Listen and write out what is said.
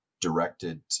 directed